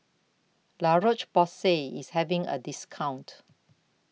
La Roche Porsay IS having A discount